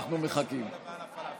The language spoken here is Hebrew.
אני מזמין את חבר הכנסת